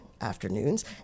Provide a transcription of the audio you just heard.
Afternoons